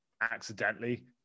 accidentally